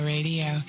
Radio